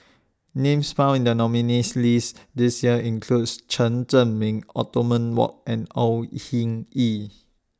Names found in The nominees' list This Year includes Chen Zhiming Othman Wok and Au Hing Yee